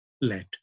let